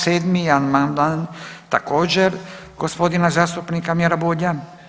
7. amandman također gospodina zastupnika Mire Bulja.